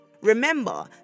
Remember